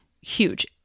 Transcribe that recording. huge